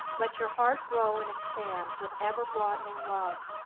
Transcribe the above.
let your heart grow and expand with ever-broadening love,